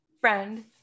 friend